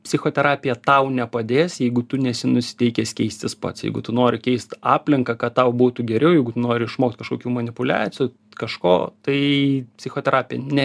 psichoterapija tau nepadės jeigu tu nesi nusiteikęs keistis pats jeigu tu nori keist aplinką kad tau būtų geriau jeigu tu nori išmokt kažkokių manipuliacijų kažko tai psichoterapija ne